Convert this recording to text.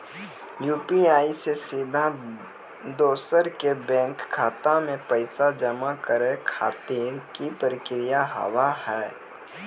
UPI से सीधा दोसर के बैंक खाता मे पैसा जमा करे खातिर की प्रक्रिया हाव हाय?